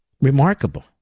Remarkable